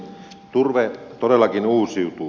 turve todellakin uusiutuu